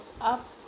up